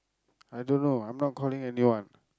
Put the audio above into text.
I don't know I'm not calling anyone